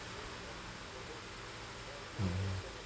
hmm